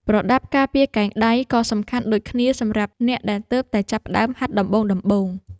ប្រដាប់ការពារកែងដៃ ក៏សំខាន់ដូចគ្នាសម្រាប់អ្នកដែលទើបតែចាប់ផ្ដើមហាត់ដំបូងៗ។